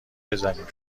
بزنیم